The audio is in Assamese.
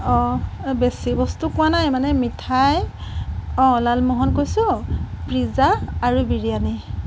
অঁ বেছি বস্তু কোৱা নাই মানে মিঠাই অঁ লালমোহন কৈছো পিজ্জা আৰু বিৰিয়ানি